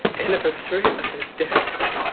anniversary of his death come